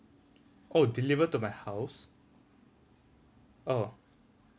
oh deliver to my house orh